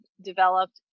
developed